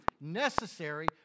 necessary